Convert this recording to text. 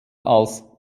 als